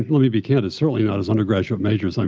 let me be candid. certainly not as undergraduate majors. i